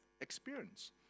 experience